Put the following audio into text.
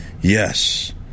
Yes